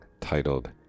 titled